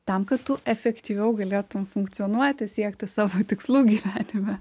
tam kad tu efektyviau galėtum funkcionuoti siekti savo tikslų gyvenime